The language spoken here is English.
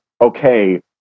okay